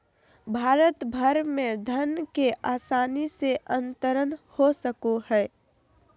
भारत भर में धन के आसानी से अंतरण हो सको हइ